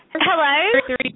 Hello